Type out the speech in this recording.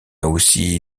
aussi